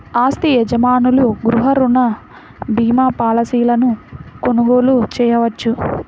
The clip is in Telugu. ఆస్తి యజమానులు గృహ రుణ భీమా పాలసీలను కొనుగోలు చేయవచ్చు